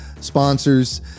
sponsors